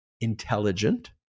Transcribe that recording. intelligent